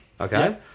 okay